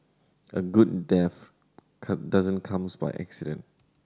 a good death cut doesn't comes by accident